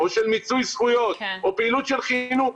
יש פעילות של מיצוי זכויות או פעילות של חינוך.